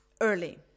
early